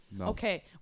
okay